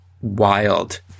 wild